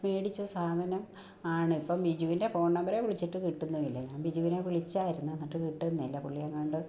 മേടിച്ച സാധനം ആണ് ഇപ്പം ബിജുവിൻ്റെ ഫോൺ നമ്പരെ വിളിച്ചിട്ട് ഇപ്പോൾ കിട്ടുന്നും ഇല്ല ബിജുവിനെ വിളിച്ചായിരുന്നു എന്നിട്ട് കിട്ടുന്നില്ല പുള്ളിയെങ്ങാണ്ട്